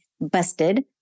busted